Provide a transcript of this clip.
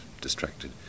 distracted